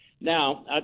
Now